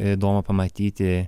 įdomu pamatyti